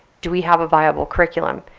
do we have a viable curriculum?